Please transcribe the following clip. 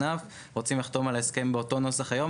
רוצים לחתום על ההסכם באותו נוסח היום?